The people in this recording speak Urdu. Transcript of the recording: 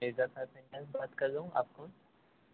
مرزا کارپینٹر بات کر رہا ہوں آپ کون